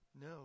no